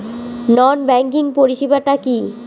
নন banking পরিষেবা টা কি?